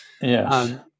Yes